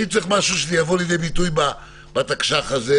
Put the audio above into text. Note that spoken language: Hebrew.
האם צריך משהו שזה יבוא לידי ביטוי בתקש"ח הזה?